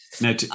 Now